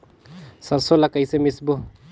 सरसो ला कइसे मिसबो?